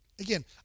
Again